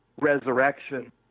resurrection